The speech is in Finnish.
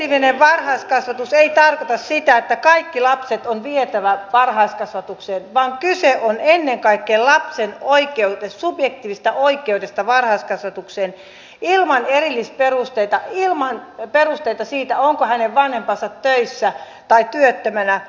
subjektiivinen varhaiskasvatus ei tarkoita sitä että kaikki lapset on vietävä varhaiskasvatukseen vaan kyse on ennen kaikkea lapsen subjektiivisesta oikeudesta varhaiskasvatukseen ilman erillisperusteita ilman perusteita siitä onko hänen vanhempansa töissä tai työttömänä